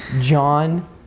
John